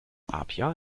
apia